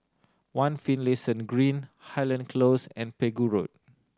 One Finlayson Green Highland Close and Pegu Road